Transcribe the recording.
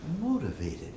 motivated